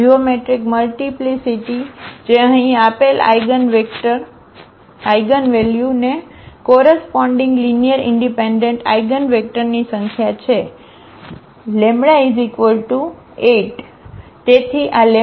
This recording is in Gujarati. જીઓમેટ્રિક મલ્ટીપ્લીસીટી જે અહીં આપેલ આઇગનવેલ્યુને કોરસપોન્ડીગ લીનીઅરઇનડિપેન્ડન્ટ આઇગનવેક્ટરની સંખ્યા છે is λ8 એ છે